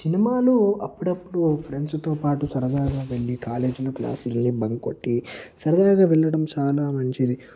సినిమాలు అప్పుడప్పుడు ఫ్రెండ్స్తో పాటు సరదాగా వెళ్ళి కాలేజీలో క్లాసులు బంక్ కొట్టి సరదాగా వెళ్ళడం చాలా మంచిది